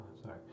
sorry